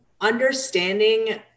understanding